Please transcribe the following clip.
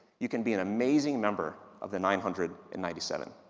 you can be an amazing member of the nine hundred and ninety seven.